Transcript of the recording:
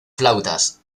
flautas